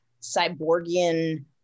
cyborgian